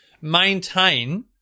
maintain